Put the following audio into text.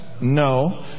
No